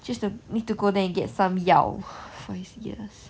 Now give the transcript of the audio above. just err need to go there and then get some 药 for his ears